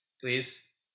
Please